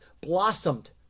blossomed